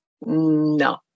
No